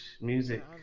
music